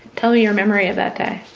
tell me your memory of that day.